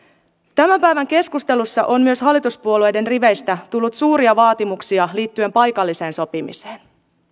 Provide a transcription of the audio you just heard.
tämän päivän keskustelussa on myös hallituspuolueiden riveistä tullut suuria vaatimuksia liittyen paikalliseen sopimiseen